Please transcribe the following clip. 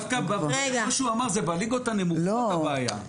בליגות הנמוכות הבעיה.